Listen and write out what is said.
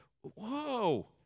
whoa